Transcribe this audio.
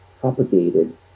propagated